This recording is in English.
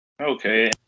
Okay